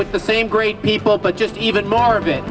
with the same great people but just even more of it